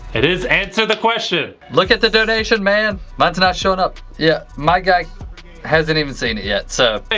it is, answer the question. look at the donation man. mines not showing up. yeah my guy hasn't even seen it yet so.